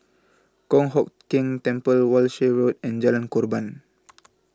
Kong Hock Keng Temple Walshe Road and Jalan Korban